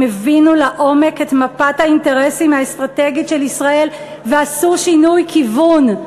הם הבינו לעומק את מפת האינטרסים האסטרטגית של ישראל ועשו שינוי כיוון.